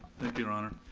thank you your honor.